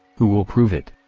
who will prove it?